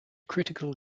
critical